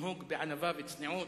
לנהוג בענווה ובצניעות,